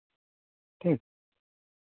ᱩᱸ